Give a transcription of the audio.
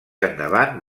endavant